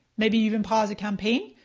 maybe even pause a campaign.